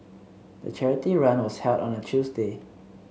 the charity run was held on a Tuesday